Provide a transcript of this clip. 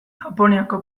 japoniako